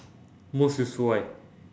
most useful why